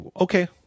okay